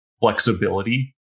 flexibility